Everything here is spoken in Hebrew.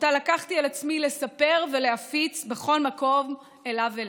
ולקחתי על עצמי לספר ולהפיץ אותה בכל מקום שאליו אלך.